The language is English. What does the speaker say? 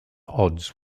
odds